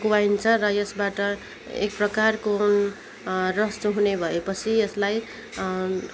कुहाइन्छ र यसबाट एक प्रकारको रस चुहुने भएपछि यसलाई